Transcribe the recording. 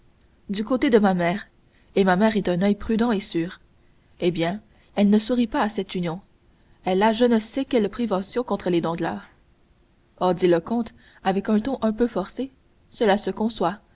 du côté de ma mère et ma mère est un oeil prudent et sûr eh bien elle ne sourit pas à cette union elle a je ne sais quelle prévention contre les danglars oh dit le comte avec un ton un peu forcé cela se conçoit